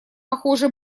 похоже